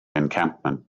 encampment